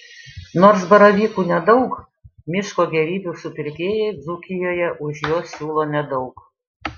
nors baravykų nedaug miško gėrybių supirkėjai dzūkijoje už juos siūlo nedaug